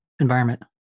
environment